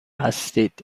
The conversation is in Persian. هستید